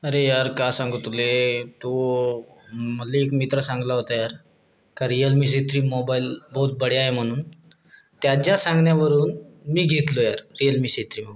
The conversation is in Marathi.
अरे यार का सांगू तुले तो मले एक मित्र सांगला होता यार का रिअलमी सी थ्री मोबाइल बहुत बढिया आहे म्हणून त्याच्या सांगण्यावरून मी घेतलो यार रिअलमी सी थ्री मोबाइल